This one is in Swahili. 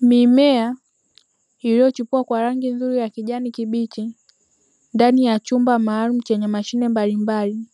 Mimea iliyochipua kwa rangi nzuri ya kijani kibichi, ndani ya chumba maalumu chenye mashine mbalimbali;